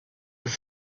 have